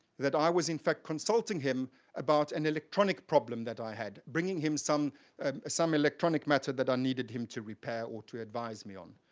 that i was in fact consulting him about an electronic problem that i had, bringing him some um some electronic matter that i needed him to repair or to advise me on.